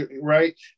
right